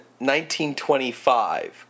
1925